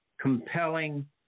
compelling